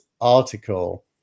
article